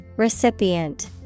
Recipient